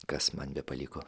kas man beliko